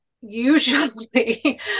usually